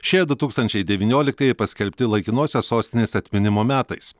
šie du tūkstančiai devynioliktieji paskelbti laikinosios sostinės atminimo metais